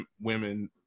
women